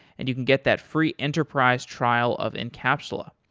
and you can get that free enterprise trial of encapsula.